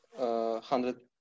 hundred